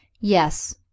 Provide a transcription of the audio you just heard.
Yes